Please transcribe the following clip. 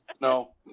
no